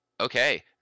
Okay